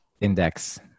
index